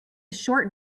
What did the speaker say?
short